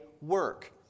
work